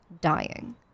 dying